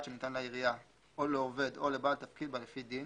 שניתן לעירייה או לעובד או לבעל תפקיד בה לפי דין,